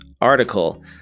article